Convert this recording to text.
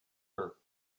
her